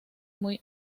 muy